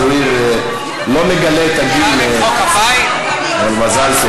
זוהיר לא מגלה את הגיל, אבל מזל טוב.